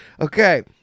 Okay